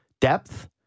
depth